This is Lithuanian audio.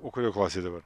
o kurioj klasėj dabar